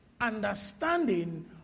understanding